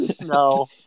no